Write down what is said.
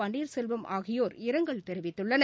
பன்னீர்செல்வம் ஆகியோர் இரங்கல் தெரிவித்துள்ளனர்